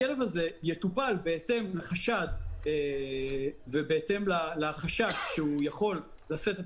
הכלב הזה יטופל בהתאם לחשד ולחשש שהוא עלול לשאת את